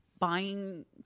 Buying